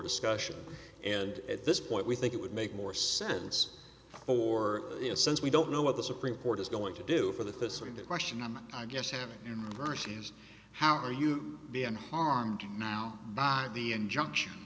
discussion and at this point we think it would make more sense for you know since we don't know what the supreme court is going to do for the thesauri the question am i guess having percy's how are you being harmed now by the injunction